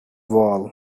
wall